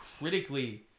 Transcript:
critically